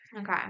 Okay